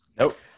Nope